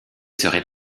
serait